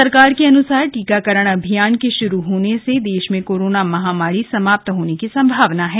सरकार के अनुसार टीकाकरण अभियान के शुरू होने से देश में कोरोना महामारी समाप्त होने की संभावना है